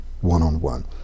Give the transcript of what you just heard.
one-on-one